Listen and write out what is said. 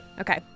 Okay